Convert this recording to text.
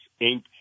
Inc